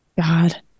God